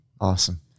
awesome